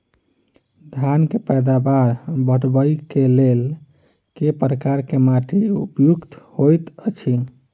धान केँ पैदावार बढ़बई केँ लेल केँ प्रकार केँ माटि उपयुक्त होइत अछि?